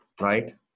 right